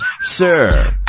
Sir